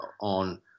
on